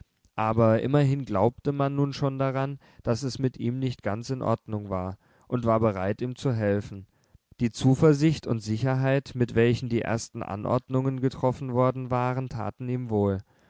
aber immerhin glaubte man nun schon daran daß es mit ihm nicht ganz in ordnung war und war bereit ihm zu helfen die zuversicht und sicherheit mit welchen die ersten anordnungen getroffen worden waren taten ihm wohl